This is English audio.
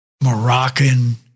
Moroccan